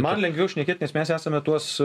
man lengviau šnekėt nes mes esame tuos